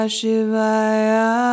Shivaya